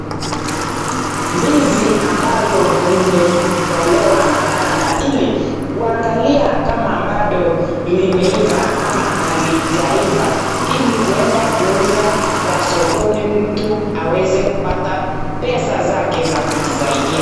Ndizi ambalo limetolewa maganda ili kuangalia kama limeiva ama bado halijaiva, ili kwenda kuuza kwa sokoni mtu aweze kupata pesa zake za kujisadia.